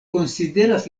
konsideras